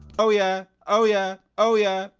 oh yeah, oh yeah, oh yeah,